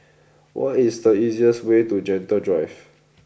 what is the easiest way to Gentle Drive